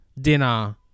dinner